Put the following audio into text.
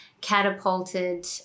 catapulted